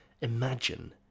Imagine